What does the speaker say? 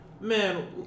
Man